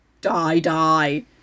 die-die